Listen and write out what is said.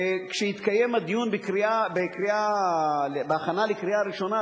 כשיתקיים הדיון בהכנה לקריאה ראשונה,